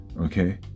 Okay